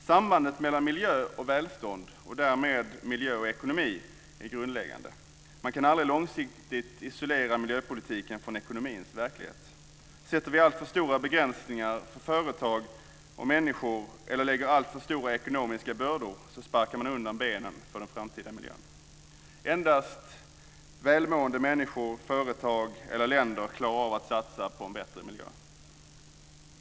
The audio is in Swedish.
Sambandet mellan miljö och välstånd, och därmed mellan miljö och ekonomi, är grundläggande. Man kan aldrig långsiktigt isolera miljöpolitiken från ekonomins verklighet. Sätter vi alltför stora begränsningar för företag och människor, eller lägger vi alltför stora ekonomiska bördor sparkar vi undan benen för den framtida miljön. Endast välmående människor, företag eller länder klarar av att satsa på en bättre miljö.